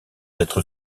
être